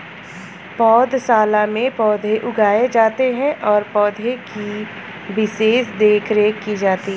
पौधशाला में पौधे उगाए जाते हैं और पौधे की विशेष देखरेख की जाती है